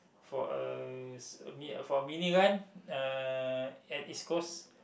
for a s~ for a mini run uh at East-Coast